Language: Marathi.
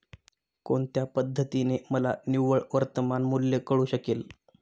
कोणत्या पद्धतीने मला निव्वळ वर्तमान मूल्य कळू शकेल?